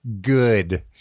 Good